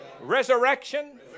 resurrection